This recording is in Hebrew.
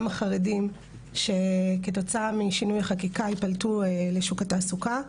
חרדים שכתוצאה משינוי החקיקה ייפלטו משוק התעסוקה.